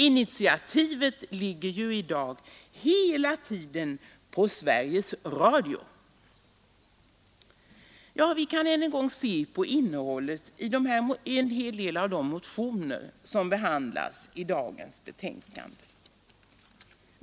Initiativet ligger i dag hela tiden hos Sveriges Radio. Vi kan än en gång se på innehållet i en hel del av de motioner som behandlas i dagens betänkande.